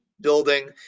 building